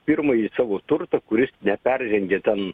pirmąjį savo turtą kuris neperžengia ten